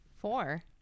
Four